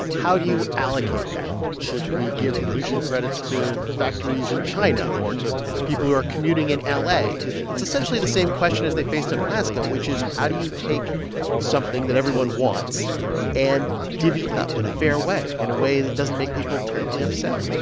how do you allocate that? should we give pollution credits to factories in china or to people who are commuting in ah la? it's essentially the same question as they faced in alaska, which is how do you take something that everyone wants and divvy it up in a fair way, in a way that doesn't make people terribly upset?